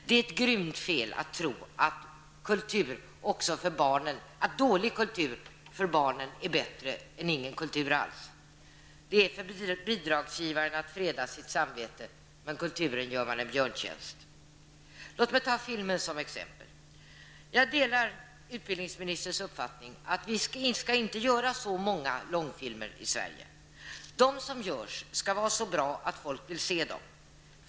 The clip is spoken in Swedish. Det är ett grymt fel att tro att dålig kultur för barn är bättre än ingen kultur alls. Det är ett sätt för bidragsgivaren att freda sitt samvete, men kulturen gör man en björntjänst. Låt mig ta filmen som exempel. Jag delar utbildningsministerns uppfattning att vi inte skall göra så många långfilmer i Sverige. De som görs skall vara så bra att folk vill se dem.